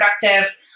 productive